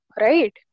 right